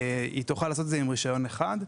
היא תוכל לעשות זאת עם רישיון אחד,